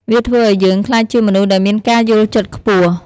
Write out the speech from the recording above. វាធ្វើឱ្យយើងក្លាយជាមនុស្សដែលមានការយល់ចិត្ត ខ្ពស់។